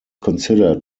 considered